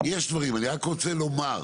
יש דברים, אני רק רוצה לומר,